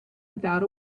without